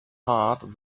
heart